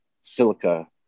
silica